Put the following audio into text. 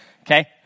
Okay